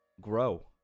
grow